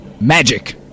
Magic